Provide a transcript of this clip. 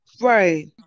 Right